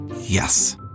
yes